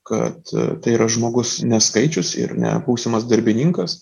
kad tai yra žmogus neskaičius ir ne būsimas darbininkas